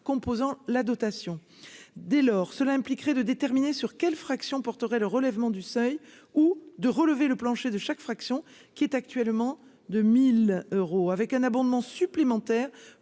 composant la dotation, dès lors, cela impliquerait de déterminer sur quelle fraction porterait le relèvement du seuil ou de relever le plancher de chaque fraction qui est actuellement de 1000 euros avec un abondement supplémentaire